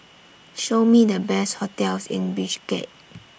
Show Me The Best hotels in Bishkek